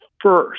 first